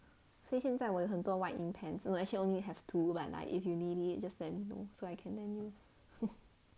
所以现在我有很多 white ink pens actually I only have two but like if you need it just let me know so I can lend you